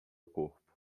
corpo